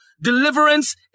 deliverance